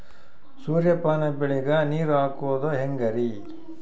ಸೂರ್ಯಪಾನ ಬೆಳಿಗ ನೀರ್ ಹಾಕೋದ ಹೆಂಗರಿ?